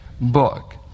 book